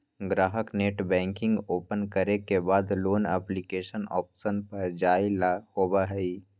ग्राहक net banking open करे के बाद लोन एप्लीकेशन ऑप्शन पर जाय ला होबा हई